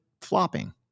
flopping